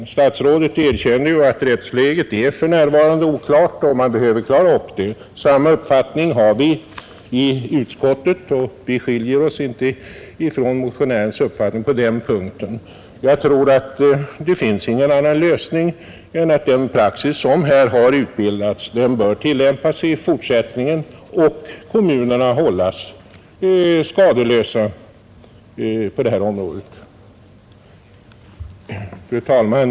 Statsrådet Lundkvist erkände att rättsläget för närvarande är oklart, och inom utskottet har vi samma åsikt. Vår uppfattning skiljer sig sålunda inte heller från motionärens på den punkten. Jag tror inte det finns någon annan lösning än att den praxis som har utbildats får tillämpas tills vidare samt att kommunerna på så sätt hålls skadeslösa. Fru talman!